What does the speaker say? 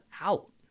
out